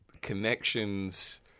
connections